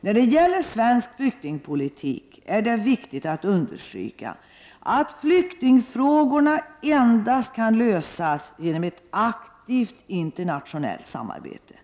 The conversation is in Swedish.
När det gäller svensk flyktingpolitik är det viktigt att understryka att flyktingfrågorna endast kan lösas genom ett aktivt internationellt samarbete.